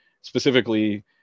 specifically